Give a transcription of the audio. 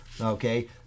okay